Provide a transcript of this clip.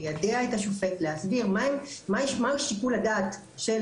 ליידע את השופט ולהסביר מה שיקול הדעת של